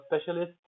specialist